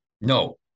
no